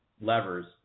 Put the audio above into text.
levers